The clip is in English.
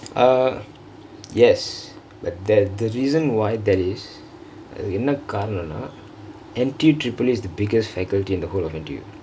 ah yes but the the reason why that is என்ன காரணம்னா:enna kaaranamnaa N_T_U triple E is the biggest faculty in the whole of N_T_U